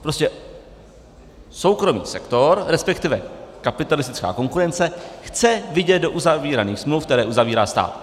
Prostě soukromý sektor, resp. kapitalistická konkurence chce vidět do uzavíraných smluv, které uzavírá stát.